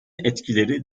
etkileri